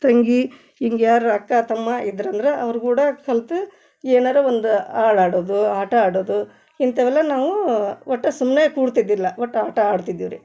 ತಂಗಿ ಹಿಂಗ್ ಯಾರು ಅಕ್ಕ ತಮ್ಮ ಇದ್ರು ಅಂದ್ರೆ ಅವ್ರ ಕೂಡ ಕಲ್ತು ಏನಾರೂ ಒಂದು ಹಾಡ್ ಹಾಡೋದು ಆಟ ಆಡೋದು ಇಂಥವೆಲ್ಲ ನಾವು ಒಟ್ಟು ಸುಮ್ಮನೆ ಕೂರ್ತಿದ್ದಿಲ್ಲ ಒಟ್ಟು ಆಟ ಆಡ್ತಿದ್ದೀವಿ ರೀ